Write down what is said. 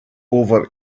over